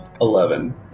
eleven